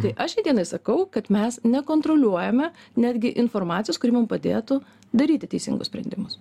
tai aš šiai dienai sakau kad mes nekontroliuojame netgi informacijos kuri mum padėtų daryti teisingus sprendimus